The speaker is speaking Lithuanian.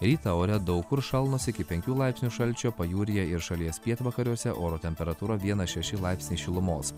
rytą ore daug kur šalnos iki penkių laipsnių šalčio pajūryje ir šalies pietvakariuose oro temperatūra vienas šeši laipsniai šilumos